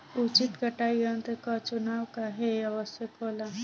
उचित कटाई यंत्र क चुनाव काहें आवश्यक होला?